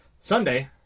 Sunday